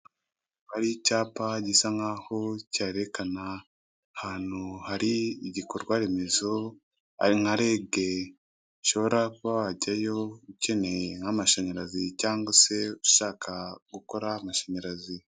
Hari icyapa gisa nk'aho cyerekana ahantu hari igikorwa remezo arinka rege ushobora kuba wajyayo ukeneye nk'amashanyarazi cyangwa se ushaka gukora amashanyarazi.